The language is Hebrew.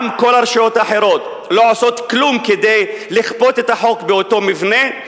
גם כל הרשויות האחרות לא עושות כלום כדי לכפות את החוק באותו מבנה.